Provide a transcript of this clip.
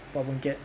phua boon kiat